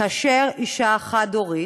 כאשר אישה חד-הורית,